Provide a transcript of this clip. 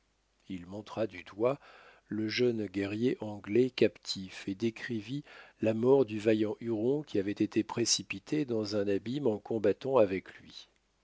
il montra du doigt le jeune guerrier anglais captif et décrivit la mort da vaillant huron qui avait été précipité dans un abîme en combattant avec lui